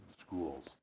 schools